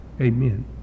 amen